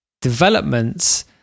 developments